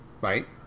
Right